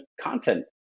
content